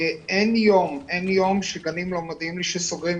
אין יום שגנים לא מודיעים לי שסוגרים,